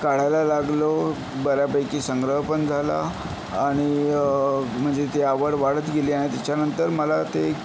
काढायला लागलो बऱ्यापैकी संग्रह पण झाला आणि म्हणजे ती आवड वाढत गेली आणि तिच्यानंतर मला ते